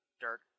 dirt